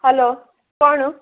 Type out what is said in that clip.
हालो कोण